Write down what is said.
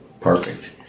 Perfect